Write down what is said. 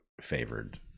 favored